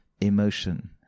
emotion